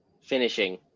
finishing